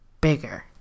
bigger